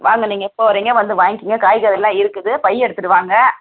வாங்க நீங்கள் எப்போ வர்றீங்கள் வந்து வாங்கிக்கோங்க காய்கறிலாம் இருக்குது பையை எடுத்துகிட்டு வாங்க